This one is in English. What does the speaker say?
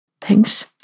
Thanks